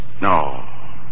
No